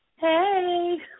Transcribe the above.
Hey